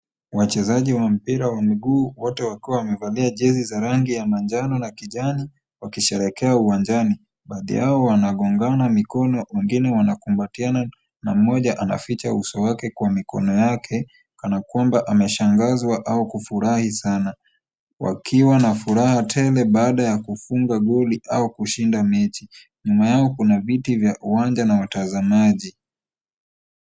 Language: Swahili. Wachezaji wa mpira wa miguu wote wakiwa wamevalia jezi za rangi ya manjano na kijani wakisherehekea uwanjani. Baadhi yao wanagongana mikono wengine wanakumbatiana na mmoja anaficha uso wake kwa mikono yake kana kwamba ameshangazwa au kufurahi sana. Wakiwa na furaha tele baada ya kufunga goli au kushinda mechi. Nyuma yao kuna vitu vya uwanja na watazamaji.